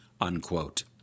unquote